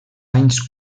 anys